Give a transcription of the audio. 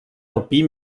alpí